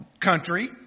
country